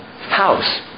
House